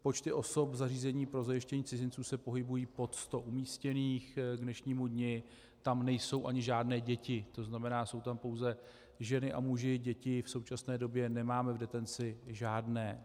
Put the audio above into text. Počty osob v zařízení pro zajištění cizinců se pohybují pod stem umístěných, k dnešnímu dni tam nejsou ani žádné děti, to znamená, jsou tam pouze ženy a muži, děti v současné době nemáme v detenci žádné.